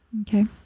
Okay